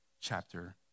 chapter